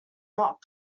not